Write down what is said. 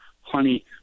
honey